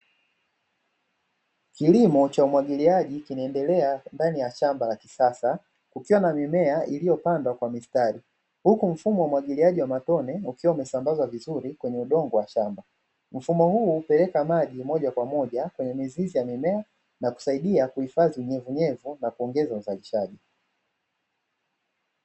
Kilimo cha umwagiliaji kinaendelea ndani ya shamba la kisasa kukiwa na mimea iliyopandwa kwa mistari, huku mfumo wa umwagiliaji wa matone ukiwa umesambazwa vizuri kwenye udongo wa shamba, mfumo huu hupeleka maji moja kwa moja kwenye mizizi ya mimea na kusaidia kuhifadhi unyevuunyevu na kuongeza uzalishaji.